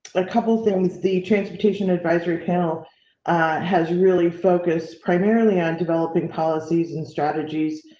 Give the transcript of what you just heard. a couple things, the transportation advisory panel has really focused, primarily on developing policies and strategies,